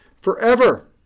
forever